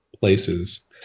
places